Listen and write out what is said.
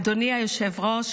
אדוני היושב-ראש,